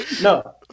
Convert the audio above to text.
no